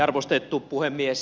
arvostettu puhemies